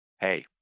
hey